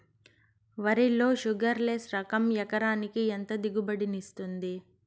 వరి లో sugarless less రకం ఎకరాకి ఎంత దిగుబడినిస్తుంది